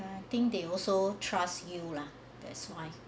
I think they also trust you lah that's why